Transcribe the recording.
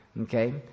okay